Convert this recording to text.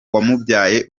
wamubyaye